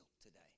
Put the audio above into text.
today